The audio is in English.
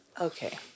Okay